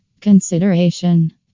Consideration